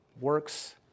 Works